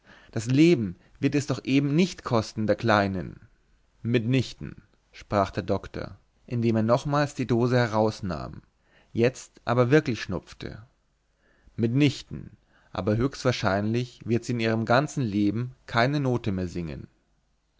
das leben wird es ihr doch eben nicht kosten der kleinen mit nichten sprach der doktor indem er nochmals die dose herausnahm jetzt aber wirklich schnupfte mit nichten aber höchstwahrscheinlich wird sie in ihrem ganzen leben keine note mehr singen